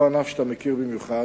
פה ענף שאתה מכיר במיוחד,